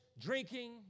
drinking